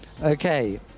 Okay